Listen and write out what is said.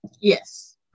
Yes